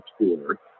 tour